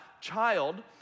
Child